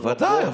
ודאי,